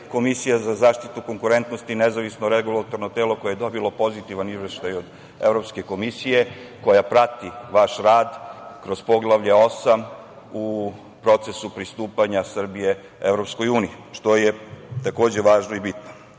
Komisija za zaštitu konkurentnosti nezavisno regulatorno telo koje je dobilo pozitivan izveštaj od Evropske komisije koja prati vaš rad kroz Poglavlje 8 u procesu pristupanja Srbije EU, što je, takođe, važno i bitno. Koliko